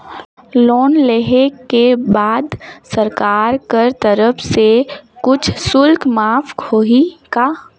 Loan लेहे के बाद सरकार कर तरफ से कुछ शुल्क माफ होही का?